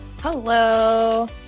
Hello